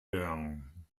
bern